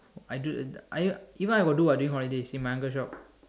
I do I even I got do what during holidays in my uncle shop